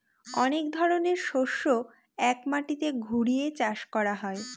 অনেক ধরনের শস্য এক মাটিতে ঘুরিয়ে চাষ করা হয়